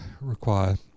require